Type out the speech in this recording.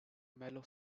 mellow